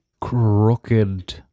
Crooked